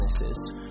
businesses